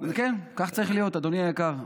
כן, כך צריך להיות, אדוני היקר.